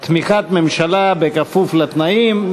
תמיכת ממשלה בכפוף לתנאים.